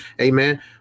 amen